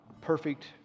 perfect